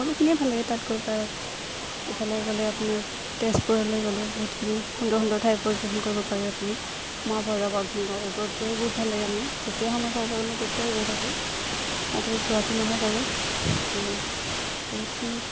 বহুতখিনিয়ে ভাল লাগে তাত গৈ পায় ইফালে গ'লে আপোনাৰ তেজপুৰলৈ গ'লেও বহুতখিনি সুন্দৰ সুন্দৰ ঠাইৰ পৰিদৰ্শন কৰিব পাৰে আপুনি মহাভৈৰৱ অগ্নিগড় এইবোৰত গৈয়ো বহুত ভাল লাগে মোৰ যেতিয়া সময় পাব পাৰোঁ মই তেতিয়াই গৈ থাকোঁ যোৱাটো নহয় বাৰু আপোনাৰ বহুতখিনি